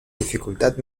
dificultad